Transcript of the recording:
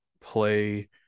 play